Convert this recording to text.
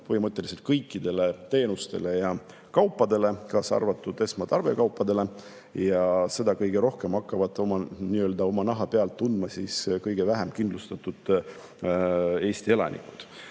põhimõtteliselt kõikidel teenustel ja kaupadel, kaasa arvatud esmatarbekaupadel. Seda hakkavad kõige rohkem nii-öelda oma naha peal tundma kõige vähem kindlustatud Eesti elanikud.